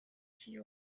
she